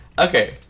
Okay